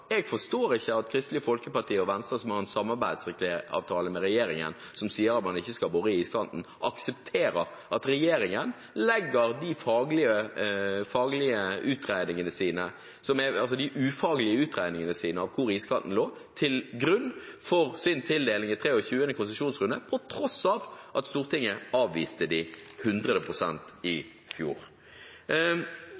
Kristelig Folkeparti og Venstre, som har en samarbeidsavtale med regjeringen som sier at man ikke skal bore i iskanten, aksepterer at regjeringen legger de ufaglige utregningene sine av hvor iskanten ligger, til grunn for sin tildeling i 23. konsesjonsrunde, på tross av at Stortinget avviste dem 100 pst. i